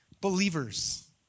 Believers